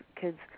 kids